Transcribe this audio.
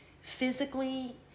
physically